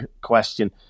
question